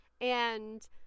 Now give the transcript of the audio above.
and-